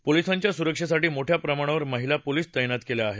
महिलांच्या सुरक्षेसाठी मोठ्या प्रमाणावर महिला पोलीस तत्तित केल्या आहेत